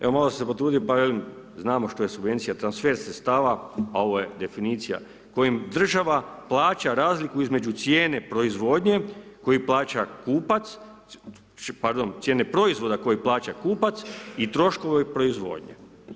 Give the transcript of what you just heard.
Evo malo sam se potrudio pa velim, znamo što je subvencija, transfer sredstava a ovo je definicija kojim država plaća razliku između cijene proizvodnje, koji plaća kupac, pardon cijene proizvoda koji plaća kupac i troškove proizvodnje.